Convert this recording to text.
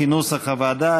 כנוסח הוועדה.